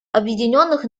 объединенных